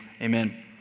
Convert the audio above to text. Amen